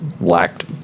lacked